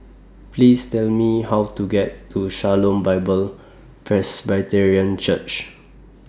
Please Tell Me How to get to Shalom Bible Presbyterian Church